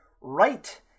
right